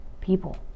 people